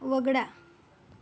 वगळा